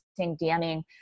DMing